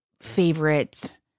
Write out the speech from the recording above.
favorite